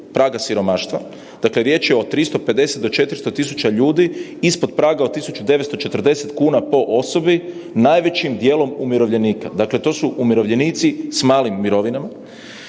praga siromaštva, dakle riječ je od 350 do 400.000 ljudi ispod praga od 1.940 kuna po osobni najvećim dijelom umirovljenika, dakle to su umirovljenici s malim mirovinama.